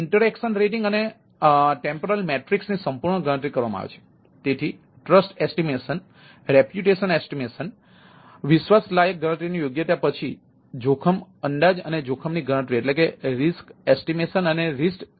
તેથી વાર્તાલાપ રેટિંગ